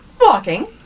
walking